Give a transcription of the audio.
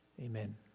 amen